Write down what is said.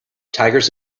tigers